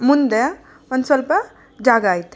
ಮುಂದೆ ಒಂದು ಸ್ವಲ್ಪ ಜಾಗ ಐತೆ